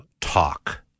talk